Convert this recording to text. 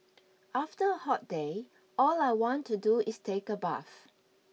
after a hot day all I want to do is take a bath